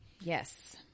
Yes